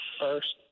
first